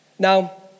Now